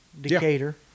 Decatur